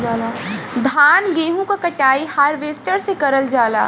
धान गेहूं क कटाई हारवेस्टर से करल जाला